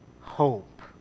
Hope